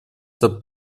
это